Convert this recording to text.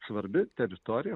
svarbi teritorija